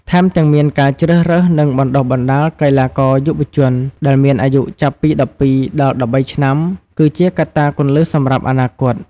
ថែមទាំងមានការជ្រើសរើស និងបណ្ដុះបណ្ដាល កីឡាករយុវជន ដែលមានអាយុចាប់ពី ១២ ដល់ ១៣ ឆ្នាំ គឺជាកត្តាគន្លឹះសម្រាប់អនាគត។